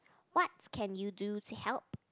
what can you do to help